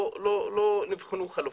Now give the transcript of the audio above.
לא נבחנו חלופות.